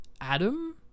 Adam